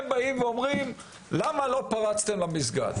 הם באים ושואלים למה לא פרצתם למסגד